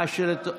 מה שטוב,